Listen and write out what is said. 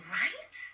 right